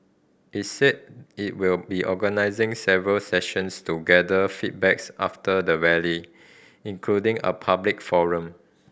it said it will be organising several sessions to gather feedbacks after the Rally including a public forum